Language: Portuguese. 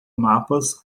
mapas